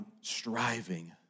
striving